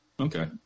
Okay